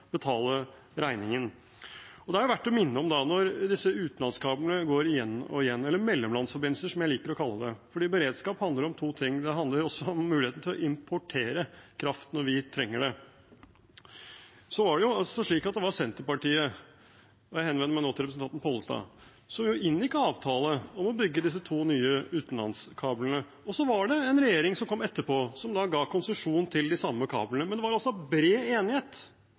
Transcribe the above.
regningen. Det er verdt å minne om, når disse utenlandskablene går igjen og igjen – eller mellomlandsforbindelser, som jeg liker å kalle dem – at beredskap handler om to ting. Det handler også om muligheten til å importere kraft når vi trenger det. Det var slik at det var Senterpartiet – og jeg henvender meg nå til representanten Pollestad – som inngikk avtale om å bygge disse to nye utenlandskablene, og så var det en regjering som kom etterpå, som da ga konsesjon til de samme kablene, men det var altså bred enighet